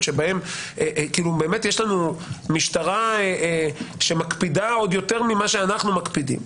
בהן יש לנו משטרה שמקפידה עוד יותר מכפי שאנחנו מקפידים,